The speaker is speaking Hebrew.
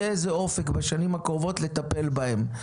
יהיה איזה אופק בשנים הקרובות לטפל בהם,